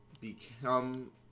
become